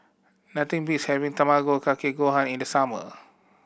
nothing beats having Tamago Kake Gohan in the summer